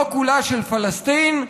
לא כולה של פלסטין,